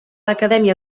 acadèmia